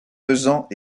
pesant